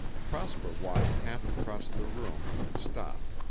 prosper walked half across the room and stopped.